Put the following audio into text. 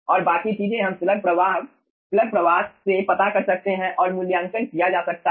और बाकी चीजें हम स्लग प्लग प्रवाह से पता कर सकते हैं और मूल्यांकन किया जा सकता है